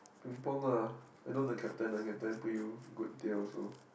Tepong lah you know the captain I can tell you put you good day also